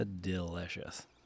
delicious